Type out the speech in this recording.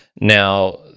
Now